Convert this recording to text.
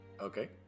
Okay